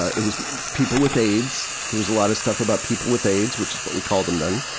it was people with aids, there was a lot of stuff about people with aids, which is what we called them then.